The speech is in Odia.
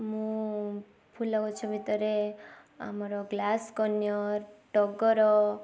ମୁଁ ଫୁଲଗଛ ଭିତରେ ଆମର ଗ୍ଲାସ୍ କନିଅର ଟଗର